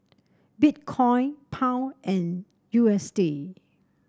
Bitcoin Pound and U S D